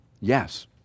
yes